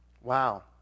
Wow